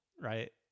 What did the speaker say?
right